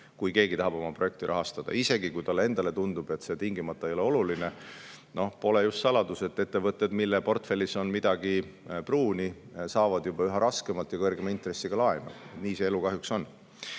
kui keegi tahab oma projekti rahastada, isegi kui talle endale tundub, et see tingimata ei ole oluline. Pole just saladus, et ettevõtted, mille portfellis on midagi pruuni, saavad juba üha raskemalt ja kõrgema intressiga laenu, nii see elu kahjuks on.